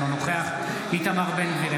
אינו נוכח איתמר בן גביר,